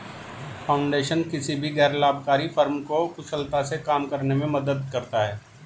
foundation किसी भी गैर लाभकारी फर्म को कुशलता से काम करने में मदद करता हैं